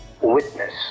witness